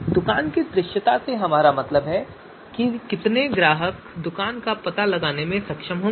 दुकान की दृश्यता से हमारा मतलब है कि कितने ग्राहक दुकान का पता लगाने में सक्षम होंगे